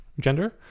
gender